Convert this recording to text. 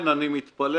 ולכן אני מתפלל